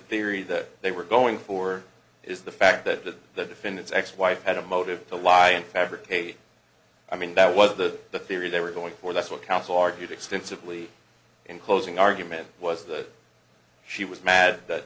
theory that they were going for is the fact that the defendant's ex wife had a motive to lie and fabricate i mean that what the the theory they were going for that's what counsel argued extensively in closing argument was that she was mad that